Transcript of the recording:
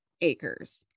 acres